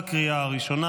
לקריאה הראשונה.